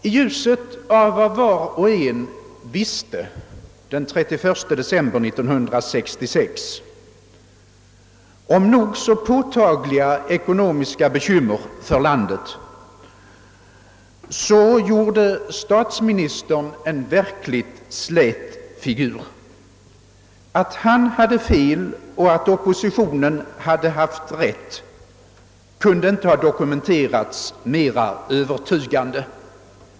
I ljuset av vad var och en visste den 31 december 1966 om nog så påtagliga ekonomiska bekymmer för landet gjorde statsministern en verkligt slät figur. Att han hade fel och att oppositionen hade rätt kunde inte ha dokumenterats mera övertygande.